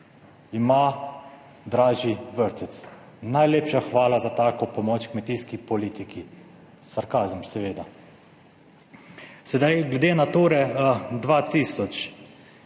ima dražji vrtec. Najlepša hvala za tako pomoč kmetijski politiki. Sarkazem seveda. Sedaj glede Nature 2000.